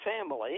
family